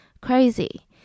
crazy